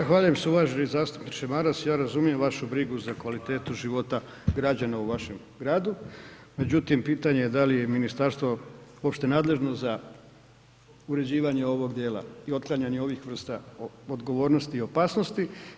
Zahvaljujem se uvaženi zastupniče Maras, ja razumijem vašu brigu za kvalitetu života građana u vašem gradu, međutim pitanje je da li je ministarstvo uopće nadležno za uređivanje ovog dijela i otklanjanje ovih vrsta odgovornosti i opasnosti.